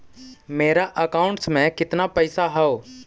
मेरा अकाउंटस में कितना पैसा हउ?